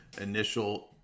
initial